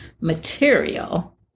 material